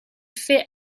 fait